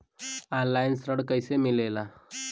Online ऋण कैसे मिले ला?